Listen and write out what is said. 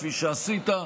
כפי שעשית,